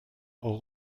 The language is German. euro